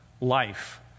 life